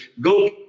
go